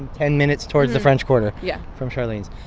ten minutes towards the french quarter. yeah. from charlene's.